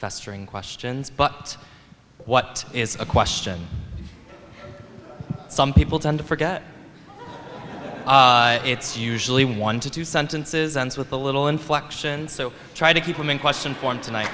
festering questions but what is a question some people tender forget it's usually one to two sentences and with a little inflection so try to keep them in question form tonight